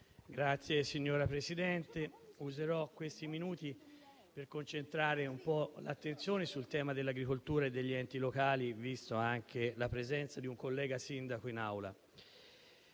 Signor Presidente, userò questi minuti per concentrare l'attenzione sul tema dell'agricoltura e degli enti locali, vista anche la presenza di un collega sindaco in Aula.